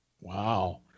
Wow